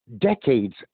decades